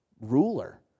ruler